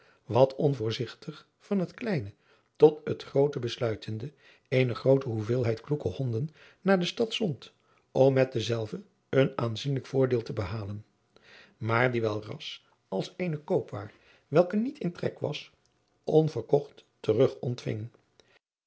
wat onvoorzigtig van het kleine tot het groote besluitende eene groote hoeveelheid kloeke honden naar de stad zond om met dezelve een aanzienlijk voordeel te behalen maar die welras als eene koopwaar welke niet in trek was onverkocht terugontving